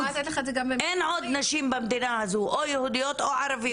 אין עוד נשים במדינה, או יהודיות או ערביות.